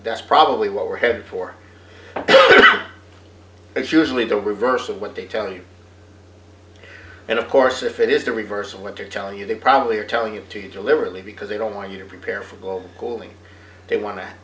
that's probably what we're headed for it's usually the reverse of what they tell you and of course if it is the reverse want to tell you they probably are telling you to deliberately because they don't want you to prepare for global cooling they wan